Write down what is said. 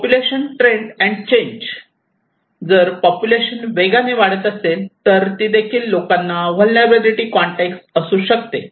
population trend and change जर population वेगाने वाढत असेल तर ती देखील लोकांना व्हलनेरलॅबीलीटी कॉंटेक्स असू शकते